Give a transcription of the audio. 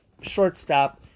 shortstop